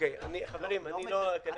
עד כמה שאני יודע,